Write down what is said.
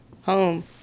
home